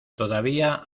todavía